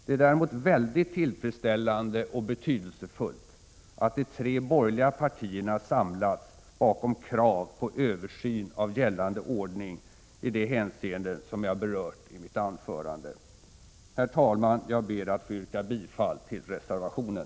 Det är däremot mycket tillfredsställande och betydelsefullt att de tre borgerliga partierna samlats bekom krav på en översyn av gällande ordning i de hänseenden som jag berört i mitt anförande. Herr talman! Jag ber att få yrka bifall till reservationen.